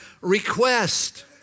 request